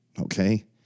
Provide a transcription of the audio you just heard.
Okay